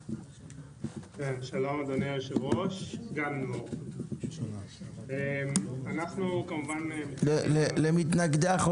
שלום אדוני היושב-ראש, אנחנו כמובן מתנגדים.